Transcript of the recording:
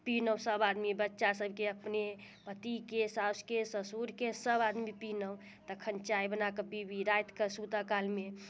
पिलहुँ सब आदमी बच्चा सबके अपने पतिके साउसके ससुरके सब आदमी पिलहुँ तखन चाय बना कऽ पीबी राति कऽ सूतऽ कालमे